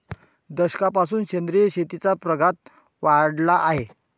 दशकापासून सेंद्रिय शेतीचा प्रघात वाढला आहे